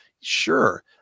Sure